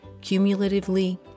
Cumulatively